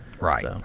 Right